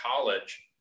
college